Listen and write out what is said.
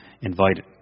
invited